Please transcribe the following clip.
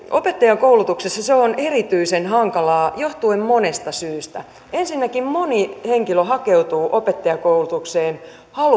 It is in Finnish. opettajankoulutuksessa se on erityisen hankalaa johtuen monesta syystä ensinnäkin moni henkilö hakeutuu opettajankoulutukseen